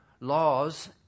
laws